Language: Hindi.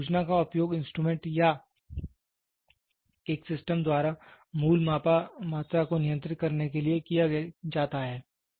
इसमें सूचना का उपयोग इंस्ट्रूमेंट या एक सिस्टम द्वारा मूल मापा मात्रा को नियंत्रित करने के लिए किया जाता है